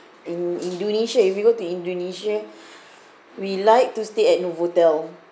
in indonesia if we go to indonesia we like to stay at novotel